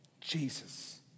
Jesus